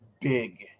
big